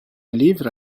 livres